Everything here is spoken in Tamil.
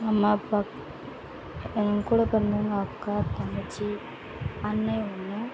நம்ம பக் என் கூட பிறந்தவங்க அக்கா தங்கச்சி அண்ணே ஒன்று